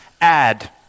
add